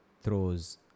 throws